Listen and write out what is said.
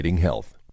health